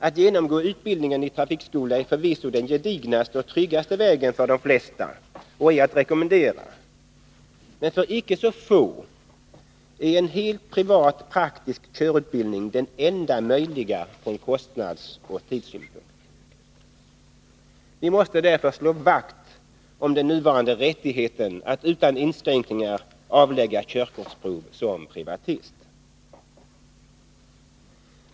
Att genomgå utbildningen i trafikskola är förvisso den gedignaste och tryggaste vägen för de flesta och är att rekommendera, men för icke så få är en helt privat praktisk körutbildning den enda möjliga ur kostnadsoch tidssynpunkt. Vi måste därför slå vakt om den nuvarande rättigheten att avlägga körkortsprov som privatist.